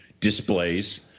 displays